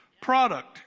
product